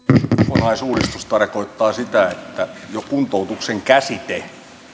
kokonaisuudistus tarkoittaa sitä että jo kuntoutuksen käsite